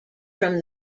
from